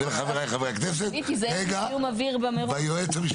בין חבריי חברי הכנסת והיועץ המשפטי.